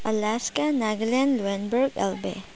ꯑꯦꯂꯥꯁꯀꯥ ꯅꯥꯒꯥꯂꯦꯟ ꯂꯨꯅꯦꯟꯕꯔ꯭ꯒ ꯑꯜꯕꯦ